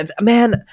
man